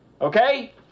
okay